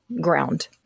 ground